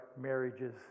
marriages